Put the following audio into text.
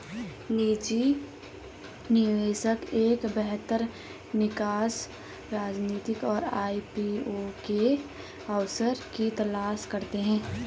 निजी निवेशक एक बेहतर निकास रणनीति और आई.पी.ओ के अवसर की तलाश करते हैं